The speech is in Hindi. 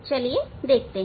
चलिए देखते हैं